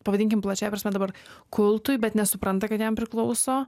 pavadinkim plačiąja prasme dabar kultui bet nesupranta kad jam priklauso